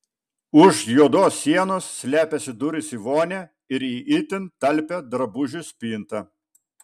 už juodos sienos slepiasi durys į vonią ir į itin talpią drabužių spintą